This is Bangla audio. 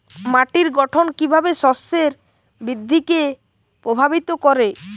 মাটির গঠন কীভাবে শস্যের বৃদ্ধিকে প্রভাবিত করে?